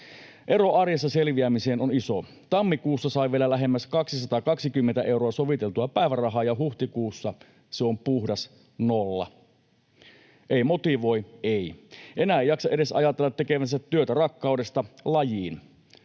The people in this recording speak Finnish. Ero arjessa selviämiseen on iso. Tammikuussa sain vielä lähemmäs 220 euroa soviteltua päivärahaa, ja huhtikuussa se on puhdas nolla. Ei motivoi, ei. Enää ei jaksa edes ajatella tekevänsä työtä rakkaudesta lajiin.